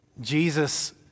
Jesus